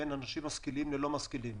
בין אנשים משכילים ללא משכילים,